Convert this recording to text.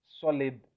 solid